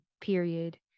period